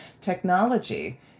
technology